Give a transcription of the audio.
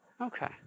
Okay